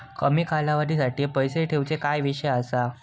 कमी कालावधीसाठी पैसे ठेऊचो काय विषय असा?